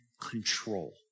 control